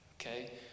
Okay